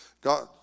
God